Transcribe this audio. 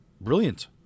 Brilliant